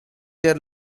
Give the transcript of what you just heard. their